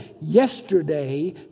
yesterday